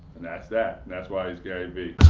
and that's that, and that's why he's garyvee.